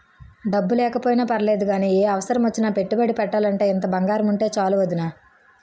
డబ్బు లేకపోయినా పర్లేదు గానీ, ఏ అవసరమొచ్చినా పెట్టుబడి పెట్టాలంటే ఇంత బంగారముంటే చాలు వొదినా